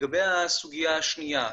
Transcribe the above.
לגבי הסוגיה השניה,